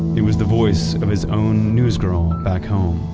it was the voice of his own newsgirl back home.